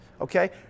okay